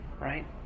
Right